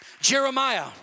Jeremiah